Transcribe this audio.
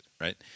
right